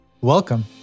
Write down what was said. Welcome